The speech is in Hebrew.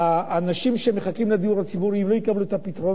אם אנשים שמחכים לדיור הציבורי לא יקבלו את הפתרונות,